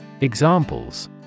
Examples